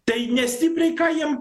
tai nestipriai ką jiem